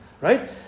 Right